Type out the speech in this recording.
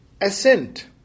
ascent